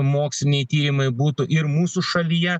moksliniai tyrimai būtų ir mūsų šalyje